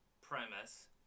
premise